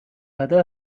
other